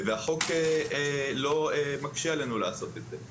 והחוק לא מקשה עלינו לעשות זאת.